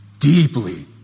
Deeply